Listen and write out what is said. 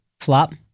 flop